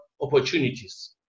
opportunities